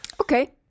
Okay